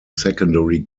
secondary